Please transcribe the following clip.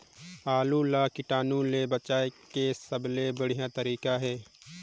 आलू ला कीटाणु ले बचाय के सबले बढ़िया तारीक हे?